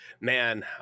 man